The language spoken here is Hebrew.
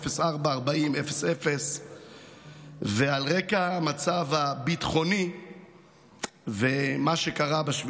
04.40.00. ועל רקע המצב הביטחוני ומה שקרה ב-7